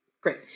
great